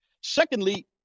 Secondly